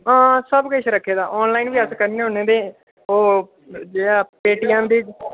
हां सब किश रक्खे दा आनलाइन बी अस करने होन्ने ते ओह् जेह्ड़ा पेटीएम